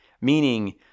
meaning